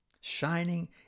shining